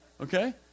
okay